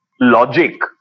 logic